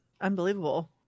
unbelievable